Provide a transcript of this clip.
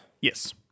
Yes